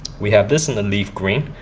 we have this in the leaf green,